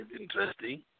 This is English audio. interesting